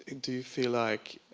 do you feel like,